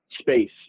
space